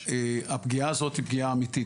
בסופו של דבר הפגיעה הזאת היא פגיעה אמיתית,